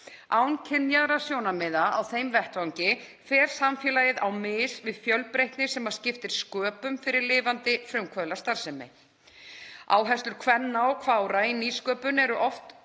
Án kynjaðra sjónarmiða á þeim vettvangi fer samfélagið á mis við fjölbreytni sem skiptir sköpum fyrir lifandi frumkvöðlastarfsemi. Áherslur kvenna og kvára í nýsköpun eru oft